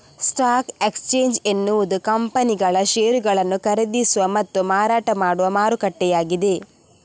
stock exchange ಎನ್ನುವುದು ಕಂಪನಿಗಳ ಷೇರುಗಳನ್ನು ಖರೀದಿಸುವ ಮತ್ತು ಮಾರಾಟ ಮಾಡುವ ಮಾರುಕಟ್ಟೆಯಾಗಿದೆ